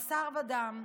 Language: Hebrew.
בשר ודם,